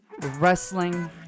wrestling